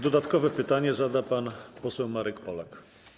Dodatkowe pytanie zada pan poseł Marek Polak.